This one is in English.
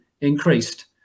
increased